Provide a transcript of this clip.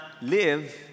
live